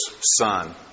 son